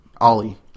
Ollie